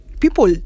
people